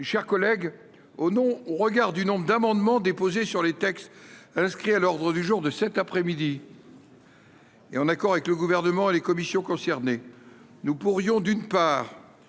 chers collègues. Oh non au au regard du nombre d'amendements déposés sur les textes inscrit à l'ordre du jour de cet après-midi. Et en accord avec le gouvernement et les commissions concernées. Nous pourrions, d'une part